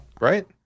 Right